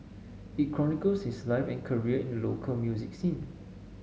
it chronicles his life and career in local music scene